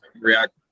react